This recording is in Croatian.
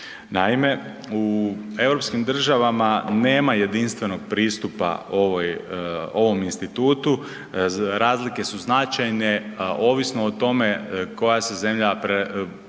Naime, u europskim državama nema jedinstvenog pristupa ovom institutu, razlike su značajne ovisno o tome koja se zemlja opredijelila